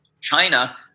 China